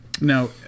Now